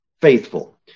faithful